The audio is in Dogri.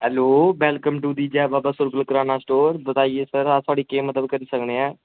hello welcome to the Jai Baba Surgal kirana store बताइये सर अस थुआढ़ी केह् मदद करी सकने आं